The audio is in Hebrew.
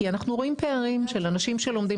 כי אנחנו רואים פערים של אנשים שלומדים,